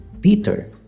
Peter